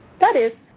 that is,